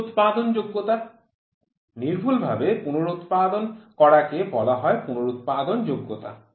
পুনরুৎপাদন যোগ্যতা নির্ভুলভাবে পুনরুৎপাদন করাকে বলা হয় পুনরুৎপাদন যোগ্যতা